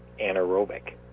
anaerobic